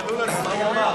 תגלו לנו מה הוא אמר.